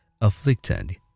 Afflicted